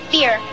fear